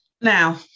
Now